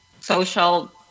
social